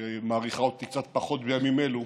שמעריכה אותי קצת פחות בימים אלו,